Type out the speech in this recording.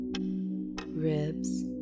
Ribs